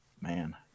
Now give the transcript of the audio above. Man